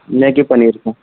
न कि पनीर का